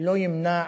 לא ימנע